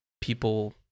people